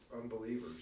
unbelievers